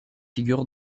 figurent